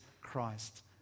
Christ